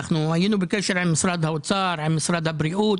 אנחנו היינו בקשר עם משרד האוצר ועם משרד הבריאות.